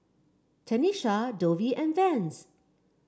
Tenisha Dovie and Vance